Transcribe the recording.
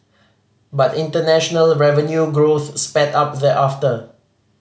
but international revenue growth sped up thereafter